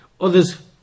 Others